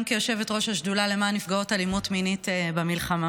כיושבת-ראש השדולה למען נפגעות אלימות מינית במלחמה: